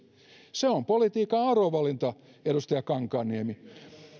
se on politiikan arvovalinta edustaja kankaanniemi